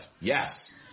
Yes